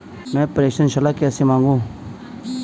मैं प्रेषण सलाह कैसे मांगूं?